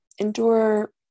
Endure